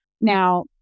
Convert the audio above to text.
Now